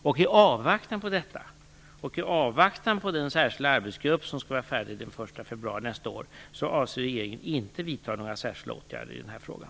I avvaktan på detta och på den särskilda arbetsgrupp som skall vara färdig med sitt arbete den 1 februari nästa år avser regeringen inte att vidta särskilda åtgärder i den här frågan.